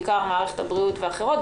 בעיקר מערכת הבריאות ואחרות,